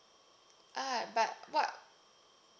ah but what